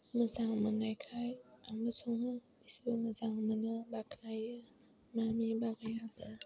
मोजां मोननायखाय आं सङो गासैबो मोजां मोनो बाख्नायो मामि बाबायाबो